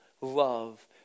love